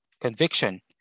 conviction